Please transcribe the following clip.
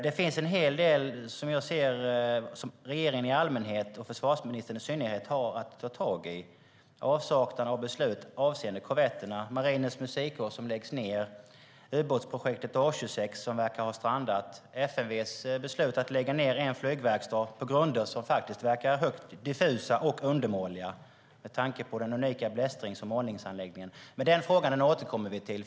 Det finns en hel del som regeringen i allmänhet och förvarsministern i synnerhet har att ta tag i. Det gäller avsaknad av beslut vad gäller korvetterna, Marinens Musikkår som läggs ned och ubåtsprojektet A26 som verkar ha strandat. Det gäller FMV:s beslut att lägga ned en flygverkstad på grunder som verkar vara högst diffusa och undermåliga med tanke på den unika blästrings och målningsanläggningen. Den frågan återkommer vi till.